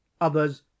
others